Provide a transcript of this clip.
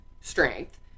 strength